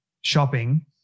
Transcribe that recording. shopping